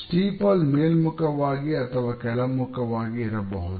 steeple ಮೇಲ್ಮುಖವಾಗಿ ಅಥವಾ ಕೆಳಮುಖವಾಗಿ ಇರಬಹುದು